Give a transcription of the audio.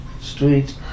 street